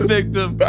Victim